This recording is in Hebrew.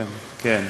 כן, כן.